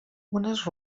unes